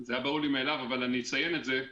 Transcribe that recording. זה היה ברור לי מאליו אבל אני אציין את זה.